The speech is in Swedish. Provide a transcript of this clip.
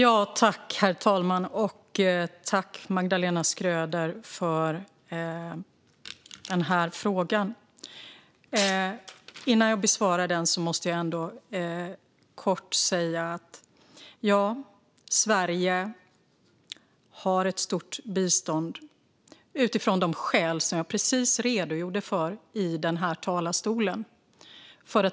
Herr talman! Tack, Magdalena Schröder, för frågan! Innan jag besvarar den måste jag ändå kort säga att ja, Sverige har ett stort bistånd, och det har vi utifrån de skäl som jag precis redogjorde för här i talarstolen.